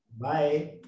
Bye